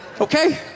Okay